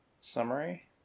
Summary